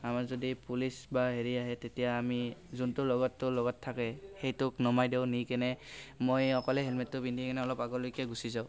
আমাৰ যদি পুলিচ বা হেৰি আহে তেতিয়া আমি যোনটো লগৰটোৰ লগত থাকে সেইটোক নমাই দিওঁ নি কেনে মই অকলে হেলমেটটো পিন্ধি কিনে অলপ আগলৈকে গুচি যাওঁ